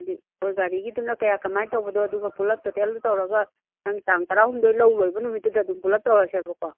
ꯒꯥꯔꯤꯒꯤꯗꯨꯅ ꯀꯌꯥ ꯀꯃꯥꯏ ꯇꯧꯕꯅꯣ ꯑꯗꯨꯒ ꯄꯨꯂꯞ ꯇꯣꯇꯦꯜ ꯇꯧꯔꯒ ꯅꯪ ꯇꯥꯡ ꯇꯔꯥꯍꯨꯝꯗꯣꯏ ꯂꯧ ꯂꯣꯏꯕ ꯅꯨꯃꯤꯠꯇꯨꯗ ꯑꯗꯨꯝ ꯄꯨꯂꯞ ꯇꯧꯔꯁꯦꯕꯀꯣ